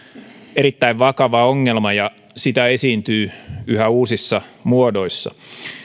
erittäin vakava ongelma ja sitä esiintyy yhä uusissa muodoissa